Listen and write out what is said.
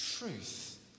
truth